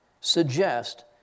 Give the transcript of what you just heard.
suggest